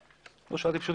המטרה.